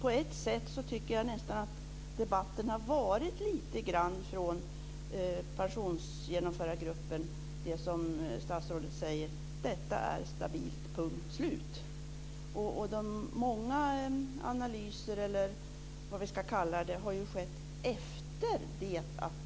Det som har sagts från pensionsgenomförargruppen har varit lite av det som statsrådet säger: "Detta är stabilt, punkt slut." Många analyser, eller vad vi ska kalla det, har skett efter beslutet.